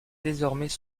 désormais